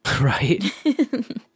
Right